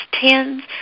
tins